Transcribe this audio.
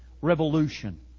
revolution